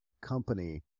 company